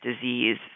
disease